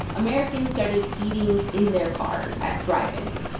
americans started eating in their cars, at drive-ins.